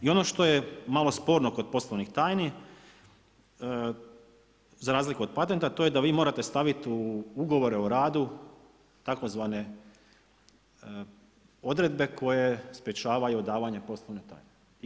I ono što je malo sporno kod poslovnih tajni, za razliku od patenta, to je da vi morate staviti u ugovore o radu tzv. odredbe koje sprječavaju odavanje poslovne tajne.